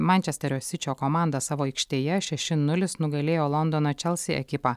mančesterio sičio komanda savo aikštėje šeši nulis nugalėjo londono čelsi ekipą